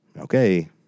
Okay